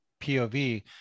POV